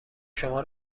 شما